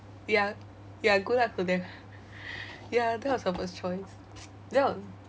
ya ya good lah for them ya that was her first choice that was